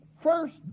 first